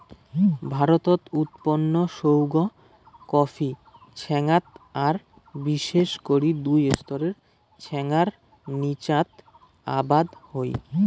ভারতত উৎপন্ন সৌগ কফি ছ্যাঙাত আর বিশেষ করি দুই স্তরের ছ্যাঙার নীচাত আবাদ হই